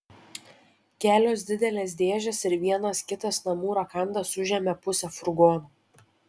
kelios didelės dėžės ir vienas kitas namų rakandas užėmė pusę furgono